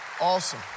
awesome